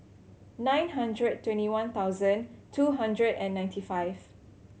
nine hundred twenty one thousand two hundred and ninety five